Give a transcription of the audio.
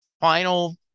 final